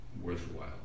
worthwhile